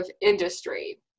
industry